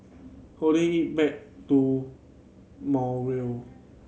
holding it make to more will